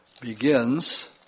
begins